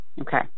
Okay